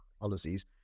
policies